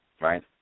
right